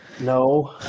No